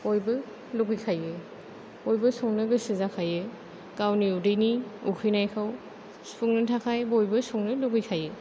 बयबो लुबैखायो बयबो संनो गोसो जाखायो गावनि उदैनि उखैनायखौ सुफुंनो थाखाय बयबो संनो लुबैखायो